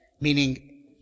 Meaning